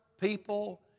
people